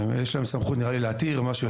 יש להם סמכות להתיר משהו יותר גדול.